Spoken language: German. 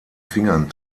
fingern